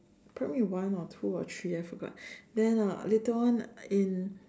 primary one or two or three I forgot then uh later on in